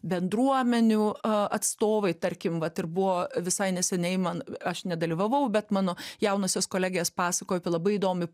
bendruomenių atstovai tarkim vat ir buvo visai neseniai man aš nedalyvavau bet mano jaunosios kolegės pasakojo apie labai įdomų